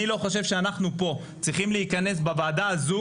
אני לא חושב שאנחנו פה צריכים להיכנס בוועדה הזו